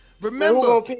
Remember